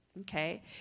okay